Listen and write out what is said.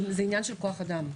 זה עניין של כוח אדם.